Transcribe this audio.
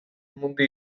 mundu